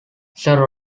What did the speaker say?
sir